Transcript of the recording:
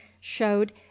showed